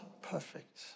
perfect